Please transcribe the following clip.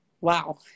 Wow